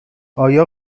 آیا